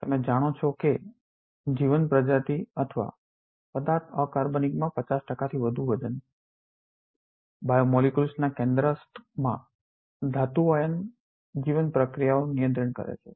તમે જાણો છો કે જીવંત પ્રજાતિઓ અથવા પદાર્થ અકાર્બનિક માં ૫0 ટકાથી વધુ વજન બાયો મોલેકુલર્સ biomolecules જૈવિકપરમાણુઓ ના કેન્દ્રસ્થમાં ધાતુના આયન જીવન પ્રક્રિયાઓને નિયંત્રિત કરે છે